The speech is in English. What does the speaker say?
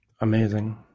Amazing